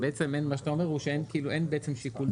אז בעצם מה שאתה אומר זה שבעצם אין שיקול דעת.